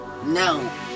No